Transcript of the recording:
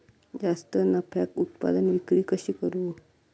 जास्त नफ्याक उत्पादन विक्री कशी करू?